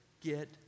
get